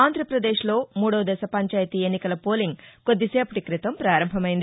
ఆంధ్రాపదేశ్లో మూదోదశ పంచాయతీ ఎన్నికల పోలింగ్ కొద్దిసేపటి క్రితం ప్రారంభమైంది